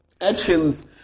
Actions